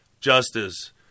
Justice